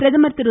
பிரதமர் திரு